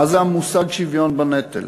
מה זה המושג שוויון בנטל?